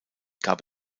gab